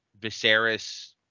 Viserys